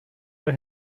were